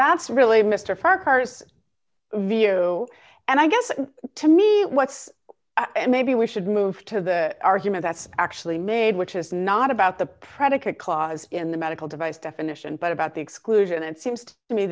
view and i guess to me what's and maybe we should move to the argument that's actually made which is not about the predicate clause in the medical device definition but about the exclusion it seems to me